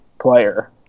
player